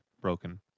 Broken